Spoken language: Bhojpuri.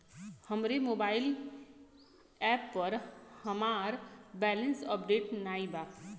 हमरे मोबाइल एप पर हमार बैलैंस अपडेट नाई बा